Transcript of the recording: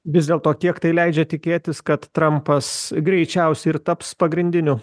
vis dėlto tiek tai leidžia tikėtis kad trampas greičiausiai ir taps pagrindiniu